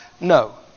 No